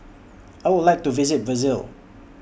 I Would like to visit Brazil